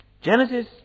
Genesis